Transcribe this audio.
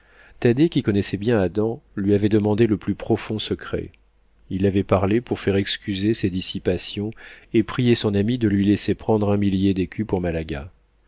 thaddée qui connaissait bien adam lui avait demandé le plus profond secret il avait parlé pour faire excuser ses dissipations et prier son ami de lui laisser prendre un millier d'écus pour